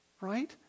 right